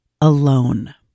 alone